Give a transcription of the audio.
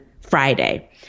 Friday